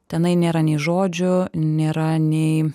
tenai nėra nei žodžių nėra nei